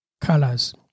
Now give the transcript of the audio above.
colors